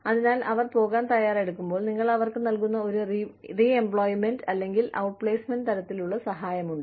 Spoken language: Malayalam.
അതിനാൽ അവർ പോകാൻ തയ്യാറെടുക്കുമ്പോൾ നിങ്ങൾ അവർക്ക് നൽകുന്ന ഒരു റീ എംപ്ലോയ്മെന്റ് അല്ലെങ്കിൽ ഔട്ട്പ്ലേസ്മെന്റ് തരത്തിലുള്ള സഹായമുണ്ട്